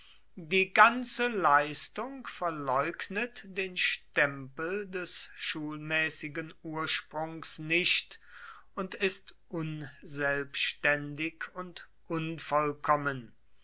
die ganze leistung verleugnet den stempel des schulmäßigen urspungs nicht und ist unselbständig und unvollkommen